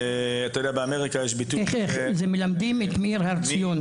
מלמדים את מאיר הר ציון